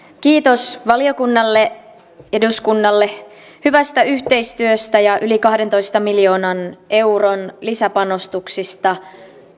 kiitos valiokunnalle eduskunnalle hyvästä yhteistyöstä ja yli kahdentoista miljoonan euron lisäpanostuksista